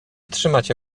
trzymacie